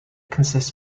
consists